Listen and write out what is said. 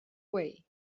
way